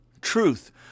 truth